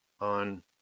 on